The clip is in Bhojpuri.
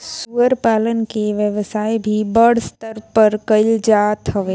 सूअर पालन के व्यवसाय भी बड़ स्तर पे कईल जात हवे